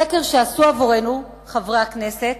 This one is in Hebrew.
הסקר שעשו עבורנו, חברי הכנסת,